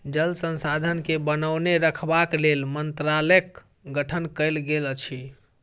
जल संसाधन के बनौने रखबाक लेल मंत्रालयक गठन कयल गेल अछि